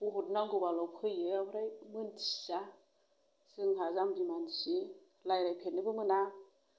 भट नांगौबाल' फैयो ओमफ्राय मोनथिया जोंहा जामबि मानसि रायलायफेरनोबो मोना